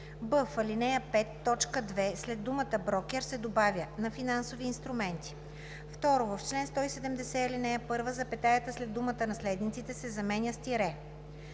в ал. 5, т. 2 след думата „брокер“ се добавя „на финансови инструменти“. 2. В чл. 170, ал. 1 запетаята след думата „наследниците“ се заменя с тире.